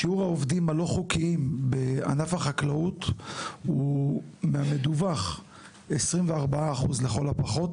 שיעור העובדים הלא חוקיים בענף החקלאות מהמדווח הוא 24% לכל הפחות.